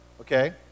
okay